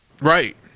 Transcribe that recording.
right